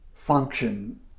function